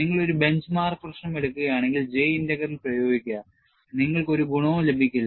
നിങ്ങൾ ഒരു benchmark പ്രശ്നം എടുക്കുകയാണെങ്കിൽ J ഇന്റഗ്രൽ പ്രയോഗിക്കുക നിങ്ങൾക്ക് ഒരു ഗുണവും ലഭിക്കില്ല